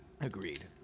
Agreed